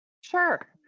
Sure